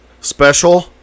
special